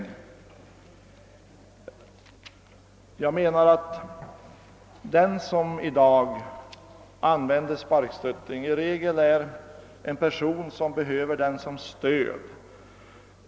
Jag menar att den som i dag använder sparkstötting i regel är en person som behöver den som stöd.